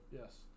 Yes